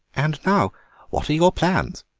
and now what are your plans?